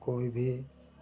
कोई भी